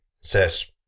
says